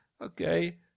okay